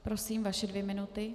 Prosím, vaše dvě minuty.